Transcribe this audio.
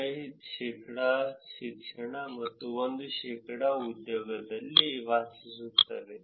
5 ಶೇಕಡಾ ಶಿಕ್ಷಣ ಮತ್ತು 1 ಶೇಕಡಾ ಉದ್ಯೋಗದಲ್ಲಿ ವಾಸಿಸುತ್ತವೆ